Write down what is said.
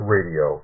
Radio